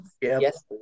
Yes